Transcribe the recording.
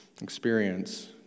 experience